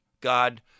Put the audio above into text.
God